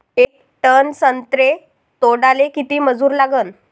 येक टन संत्रे तोडाले किती मजूर लागन?